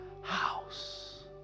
house